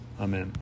Amen